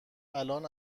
الان